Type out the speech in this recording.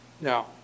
Now